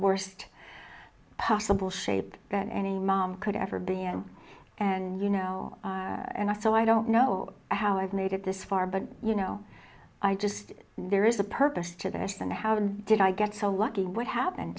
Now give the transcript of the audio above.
worst possible shape that any mom could ever be and and you know and i so i don't know how i've made it this far but you know i just there is a purpose to this and how did i get so lucky what happened